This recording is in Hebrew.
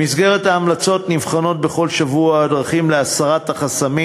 במסגרת ההמלצות נבחנות בכל שבוע הדרכים להסרת החסמים